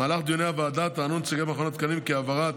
במהלך דיוני הוועדה טענו נציגי מכון התקנים כי העברת